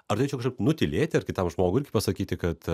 ar tai čia kažkaip nutylėti ar kitam žmogui pasakyti kad